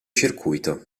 circuito